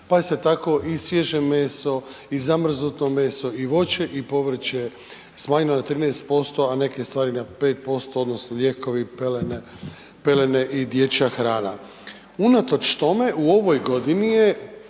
pa je se tako i svježe meso i zamrznuto meso i voće i povrće smanjilo na 13%, a neke stvari na 5%, odnosno lijekovi, pelene i dječja hrana. Unatoč tome u ovoj godini je